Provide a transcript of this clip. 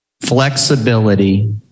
flexibility